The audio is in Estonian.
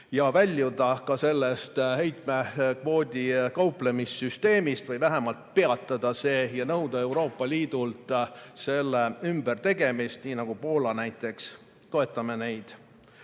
ja väljuda sellest heitmekvoodi kauplemissüsteemist või vähemalt see peatada ja nõuda Euroopa Liidult selle ümbertegemist. Nii nagu teeb näiteks Poola, toetame neid.